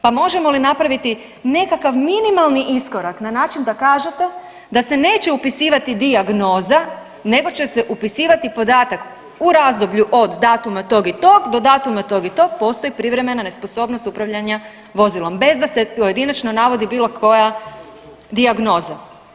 Pa možemo li napraviti nekakav minimalni iskorak na način da kažete da se neće upisivati dijagnoza nego će se upisivati podatak u razdoblju od datuma tog i tog do datuma tog i tog postoji privremena nesposobnost upravljanja vozilom bez da se pojedinačno navodi bilo koja dijagnoza.